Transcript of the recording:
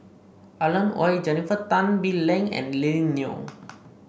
Alan Oei Jennifer Tan Bee Leng and Lily Neo